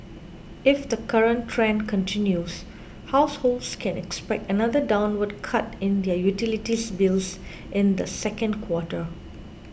if the current trend continues households can expect another downward cut in utilities bills in the second quarter